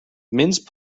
mince